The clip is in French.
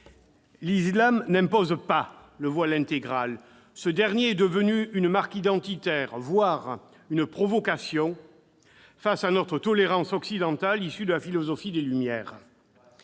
L'islam n'impose pas le voile intégral. Ce dernier est devenu une marque identitaire, voire une provocation face à notre tolérance occidentale issue de la philosophie des Lumières.